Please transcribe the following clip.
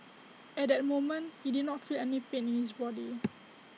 at that moment he did not feel any pain in his body